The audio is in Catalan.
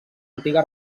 antiga